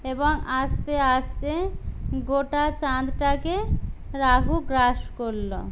এবং আস্তে আস্তে গোটা চাঁদটাকে রাহু গ্রাস করলো